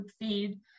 feed